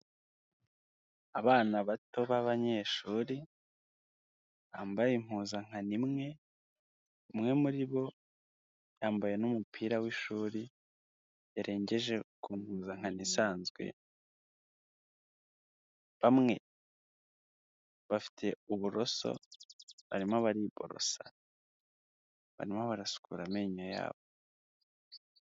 Abana bato b'abanyeshuri bambaye impuzankano imwe, umwe muri bo yambaye n'umupira w'ishuri yarengeje ku mpuzankano isanzwe. Bamwe bafite uburoso barimo baraborosa, barimo barasukura amenyo yabo.